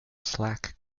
slack